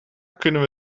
kunnen